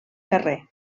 carrer